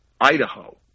Idaho